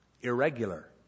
irregular